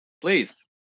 Please